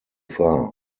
far